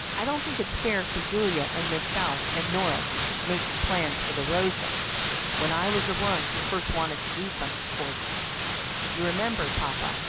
i don't think it's fair for julia and miss south and nora to keep making plans for the rosas when i was the one who first wanted to do something for them you remember, papa,